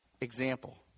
example